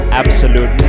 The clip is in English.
absolute